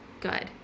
good